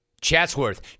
Chatsworth